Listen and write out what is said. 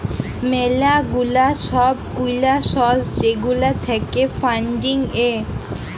ম্যালা গুলা সব গুলা সর্স যেগুলা থাক্যে ফান্ডিং এ